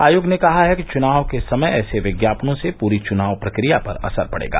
आयोग ने कहा है कि चुनाव के समय ऐसे विज्ञापनों से पूरी चुनाव प्रक्रिया पर असर पड़ेगा